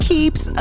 Keeps